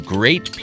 Great